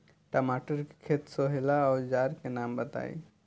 टमाटर के खेत सोहेला औजर के नाम बताई?